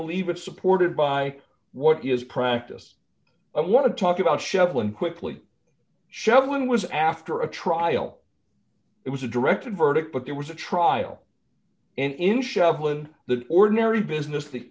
believe it's supported by what is practice i want to talk about shefflin quickly shevlin was after a trial it was a directed verdict but there was a trial in shetland the ordinary business the